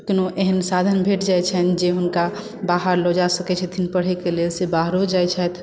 कोनो एहन साधन भेट जाइत छनि जे हुनका बाहर लऽ जा सकैत छथिन पढ़यके लेल से बाहरो जाइत छथि